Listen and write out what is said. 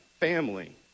Family